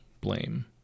blame